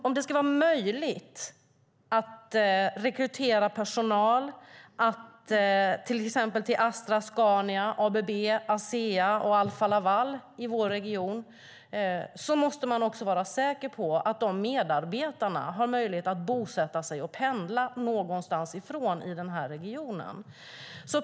Om det ska vara möjligt att rekrytera personal till exempel till Astra, Scania, ABB, Asea och Alfa Laval i vår region måste man också vara säker på att medarbetarna har möjlighet att bosätta sig och pendla någonstans ifrån i den här regionen.